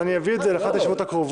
אני אביא את זה לאחת הישיבות הקרובות.